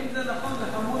אם זה נכון, זה חמור מאוד.